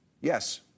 yes